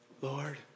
Lord